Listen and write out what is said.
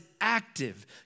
active